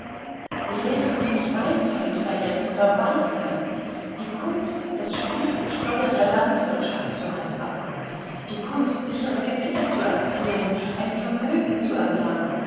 lehren sie mich weisheit verehrtester weisheit die kunst das schwierige steuer der landwirtschaft zu handhaben die kunst sichere gewinne zu erzielen ein vermögen zu erwerben